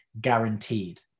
guaranteed